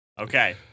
Okay